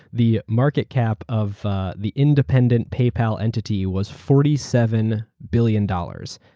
the market cap of ah the independent paypal entity was forty seven billion dollars.